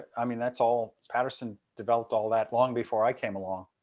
i mean, that's all patterson developed all that long before i came along.